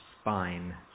spine